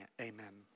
Amen